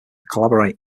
collaborate